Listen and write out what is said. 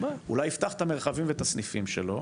אולי יפתח את המרחבים ואת הסניפים שלו,